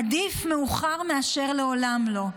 עדיף מאוחר מאשר לעולם לא.